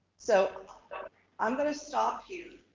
so i'm gonna stop you,